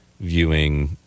viewing